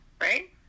right